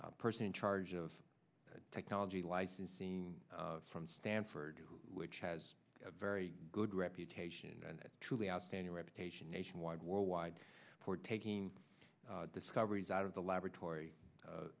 person in charge of technology licensing from stanford which has a very good reputation and truly outstanding reputation nationwide worldwide for taking discoveries out of the laboratory